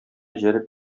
җәлеп